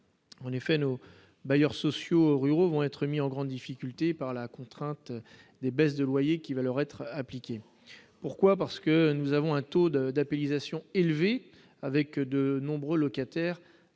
en effet nos bailleurs sociaux Oruro ruraux vont être mis en grande difficulté par la contrainte des baisses de loyers qui va leur être appliquée, pourquoi, parce que nous avons un taux de d'appel Lisa Sion élevé avec de nombreux locataires